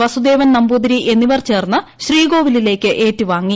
വസുദേവൻ നമ്പൂതിരി എന്നിവർ ചേർന്ന് ശ്രീകോവിലിലേക്ക് ഏറ്റുവാങ്ങി